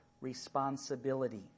responsibility